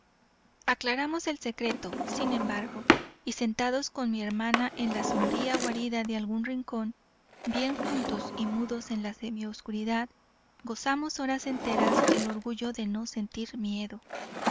aclaramos el secreto sin embargo y sentados con mi hermana en la sombría guarida de algún rincón bien juntos y mudos en la semioscuridad gozamos horas enteras el orgullo de no sentir miedo